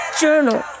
journal